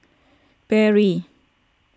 Perrier